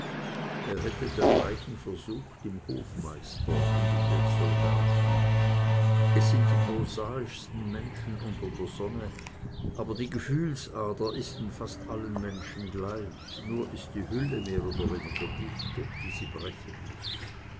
er hätte dergleichen versucht im hofmeister und den soldaten es sind die prosaischsten menschen unter der sonne aber die gefühlsader ist in fast allen menschen gleich nur ist die hülle mehr oder weniger dicht durch die sie brechen muß